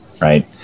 right